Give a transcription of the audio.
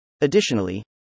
Additionally